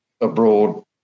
abroad